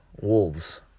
wolves